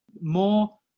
more